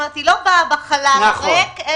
היא לא באה בחלל הריק.